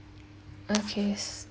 okays